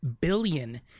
billion